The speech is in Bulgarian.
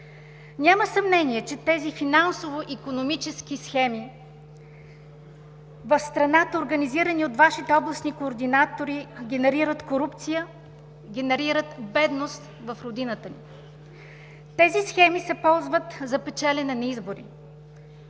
Няма съмнение, че тези финансово-икономически схеми в страната, организирани от Вашите областни координатори, генерират корупция, генерират бедност в родината ни. Тези схеми се ползват за печелене на избори,